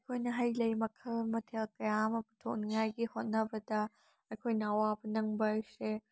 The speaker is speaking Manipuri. ꯑꯩꯈꯣꯏꯅ ꯍꯩꯂꯩ ꯃꯈꯜ ꯃꯊꯦꯜ ꯀꯌꯥ ꯑꯃ ꯄꯨꯊꯣꯛꯅꯤꯡꯉꯥꯏꯒꯤ ꯍꯣꯠꯅꯕꯗ ꯑꯩꯈꯣꯏꯅ ꯑꯋꯥꯕ ꯅꯪꯕ ꯍꯥꯏꯁꯦ